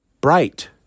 bright